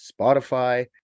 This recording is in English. Spotify